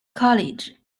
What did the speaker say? college